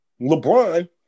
LeBron